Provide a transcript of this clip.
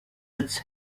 its